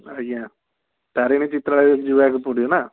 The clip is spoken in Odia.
ଆଜ୍ଞା ତାରିଣୀ ଚିତ୍ରାଳୟ ଯିବାକୁ ପଡ଼ିବ ନା